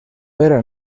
era